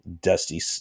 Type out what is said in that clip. Dusty